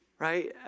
Right